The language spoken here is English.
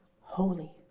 holy